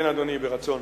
כן, אדוני, ברצון.